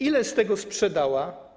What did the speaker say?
Ile z tego sprzedała?